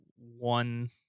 one